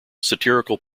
satirical